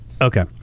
okay